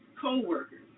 coworkers